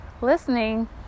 listening